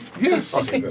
Yes